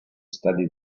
studied